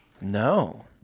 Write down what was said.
No